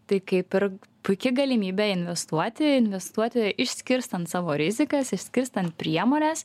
tai kaip ir puiki galimybė investuoti investuoti išskirstan savo rizikas išskirstan priemones